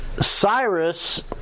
Cyrus